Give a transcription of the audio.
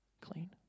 clean